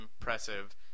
impressive